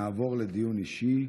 נעבור לדיון אישי.